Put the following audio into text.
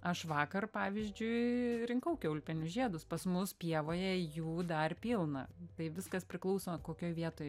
aš vakar pavyzdžiui rinkau kiaulpienių žiedus pas mus pievoje jų dar pilna tai viskas priklauso kokioj vietoj